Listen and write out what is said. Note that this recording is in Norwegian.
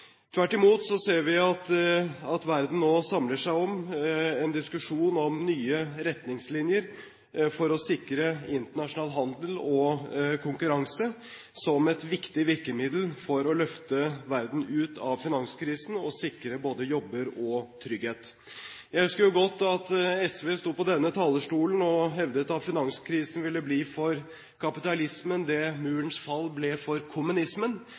Tvert imot ser vi at verden nå samler seg om en diskusjon om nye retningslinjer for å sikre internasjonal handel og konkurranse som et viktig virkemiddel for å løfte verden ut av finanskrisen og sikre både jobber og trygghet. Jeg husker godt at SV sto på denne talerstolen og hevdet at finanskrisen ville bli for kapitalismen det Murens fall ble for kommunismen.